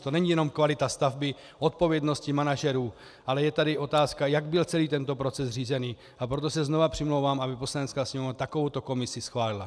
To není jenom kvalita stavby, odpovědnost manažerů, ale je tady i otázka, jak byl celý tento proces řízen, a proto se znova přimlouvám, aby Poslanecká sněmovna takovouto komisi schválila.